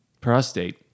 prostate